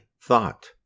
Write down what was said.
thought